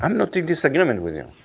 i'm not in disagreement with you.